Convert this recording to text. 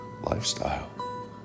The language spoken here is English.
lifestyle